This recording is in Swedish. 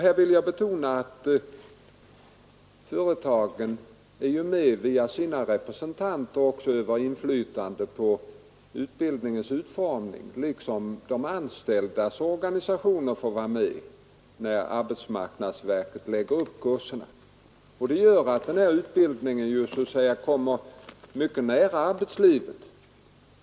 Jag vill betona att företagen ju är med via sina representanter och övar inflytande på utbildningens utformning liksom de anställdas organisationer får vara med, när arbetsmarknadsverket lägger upp kurserna. Det gör att den här utbildningen kommer mycket nära arbetslivet.